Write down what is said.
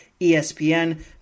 ESPN